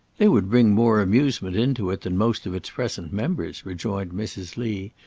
they would bring more amusement into it than most of its present members, rejoined mrs. lee,